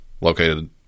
located